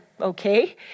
okay